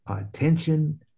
attention